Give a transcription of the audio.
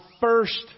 first